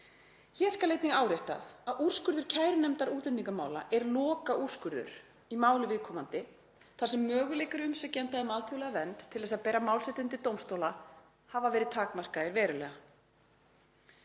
Hér skal einnig áréttað að úrskurður kærunefndar útlendingamála er lokaúrskurður í máli viðkomandi þar sem möguleikar umsækjenda um alþjóðlega vernd til þess að bera mál sitt undir dómstóla hafa verið takmarkaðir verulega.“